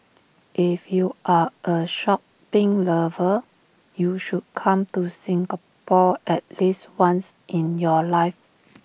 if you are A shopping lover you should come to Singapore at least once in your life